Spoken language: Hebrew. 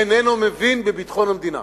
איננו מבין בביטחון המדינה.